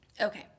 Okay